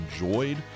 enjoyed